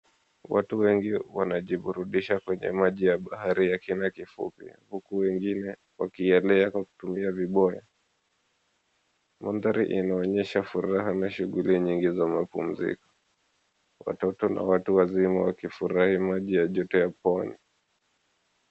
Watu wengi wanajiburudisha kwa maji ya bahari ya kina kifupi huku wengine wakielea kwa kutumia viboya. Mandhari inaonyesha furaha na shughuli nyingi za mapumziko, watoto na watu wazima wakifurahi maji na joto ya pwani.